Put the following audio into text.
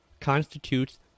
constitutes